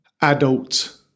adult